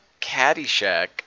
Caddyshack